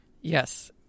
Yes